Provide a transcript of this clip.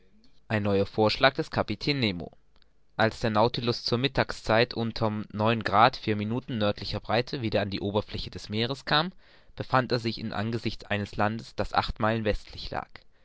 ein neuer vorschlag des kapitän nero als der nautilus zur mittagszeit unter neun grad vier minuten nördlicher breite wieder an die oberfläche des meeres kam befand er sich im angesicht eines landes das acht meilen westlich lag